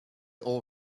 all